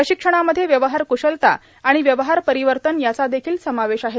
प्रशिक्षणामध्ये व्यवहार कुशलता आणि व्यवहार परिवर्तन याचा देखील समावेश आहे